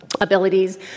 abilities